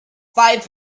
five